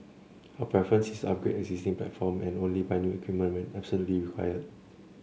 our preference is to upgrade existing platforms and only buy new equipment when absolutely required